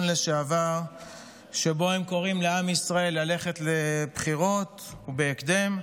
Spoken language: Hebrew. לשעבר שבו הם קוראים לעם ישראל ללכת לבחירות בהקדם,